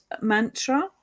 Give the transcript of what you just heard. mantra